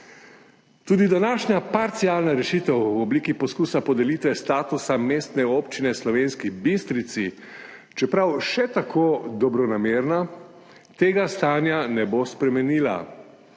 Tudi današnja parcialna rešitev v obliki poskusa podelitve statusa mestne občine Slovenski Bistrici, čeprav še tako dobronamerna, tega stanja ne bo spremenila,